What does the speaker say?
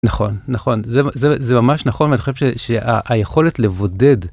נכון נכון זה זה זה ממש נכון אני חושב שהיכולת לבודד